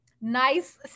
nice